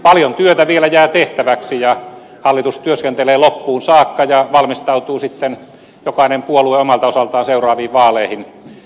paljon työtä vielä jää tehtäväksi ja hallitus työskentelee loppuun saakka ja valmistautuu sitten jokainen puolue omalta osaltaan seuraaviin vaaleihin